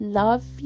love